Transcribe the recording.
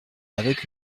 avec